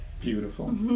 Beautiful